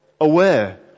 aware